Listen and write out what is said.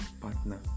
partner